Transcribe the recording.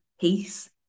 peace